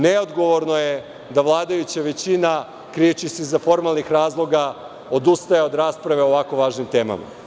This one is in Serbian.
Neodgovorno je da vladajuća većina, krijući se iza formalnih razloga, odustaje od rasprave o ovako važnim temama.